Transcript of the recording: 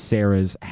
Sarah's